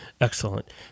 Excellent